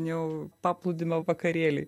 jau paplūdimio vakarėliai